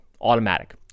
automatic